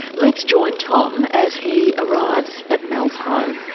let's join tom as he arrives at mel's home.